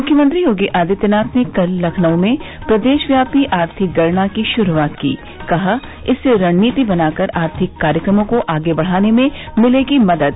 मुख्यमंत्री योगी आदित्यनाथ ने कल लखनऊ में प्रदेश व्यापी आर्थिक गणना की श्रूआत की कहा इससे रणनीति बनाकर आर्थिक कार्यक्रमों को आगे बढ़ाने में मिलेगी मदद